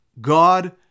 God